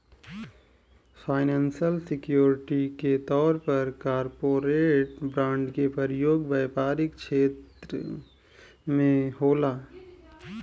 financial security के तौर पर कॉरपोरेट बॉन्ड के प्रयोग व्यापारिक छेत्र में होला